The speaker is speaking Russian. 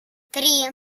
три